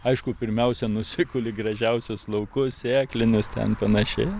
aišku pirmiausia nusikuli gražiausius laukus sėklinius ten panašiai